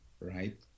Right